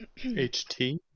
HT